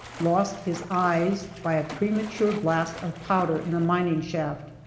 lost his eyes by a premature blast of powder in a mining shaft.